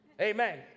Amen